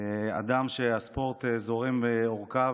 כאדם שהספורט זורם בעורקיו,